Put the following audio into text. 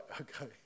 okay